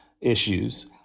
issues